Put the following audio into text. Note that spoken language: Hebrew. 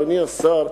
אדוני השר,